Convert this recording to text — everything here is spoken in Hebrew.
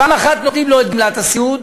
פעם אחת נותנים לו את גמלת הסיעוד,